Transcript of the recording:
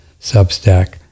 Substack